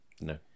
No